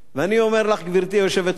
ואני אומר לך, גברתי היושבת-ראש,